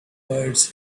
words